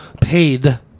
paid